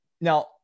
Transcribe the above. Now